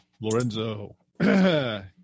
Lorenzo